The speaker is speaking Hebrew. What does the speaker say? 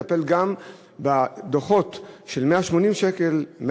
טפל גם בדוחות של 180 שקל,